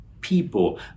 people